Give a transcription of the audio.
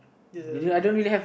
isn't